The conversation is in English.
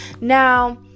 now